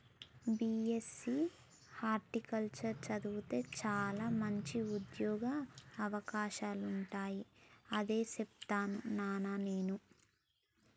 BSc horticulture చదివితే చాల మంచి ఉంద్యోగ అవకాశాలుంటాయి అదే చేస్తాను నానా నేను